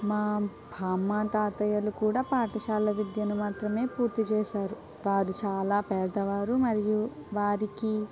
మా బామ్మ తాతయ్యలు కూడా పాఠశాల విద్యను మాత్రమే పూర్తి చేశారు వారు చాలా పెద్దవారు మరియు వారికి